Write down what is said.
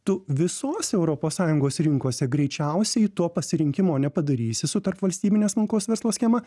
tu visos europos sąjungos rinkose greičiausiai to pasirinkimo nepadarysi su tarpvalstybine smulkaus verslo schema